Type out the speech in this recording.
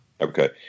Okay